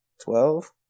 Twelve